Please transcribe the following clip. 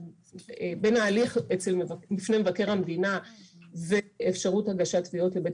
בין ההליך בפני מבקר המדינה ואפשרות הגשת תביעות לבית